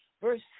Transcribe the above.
verse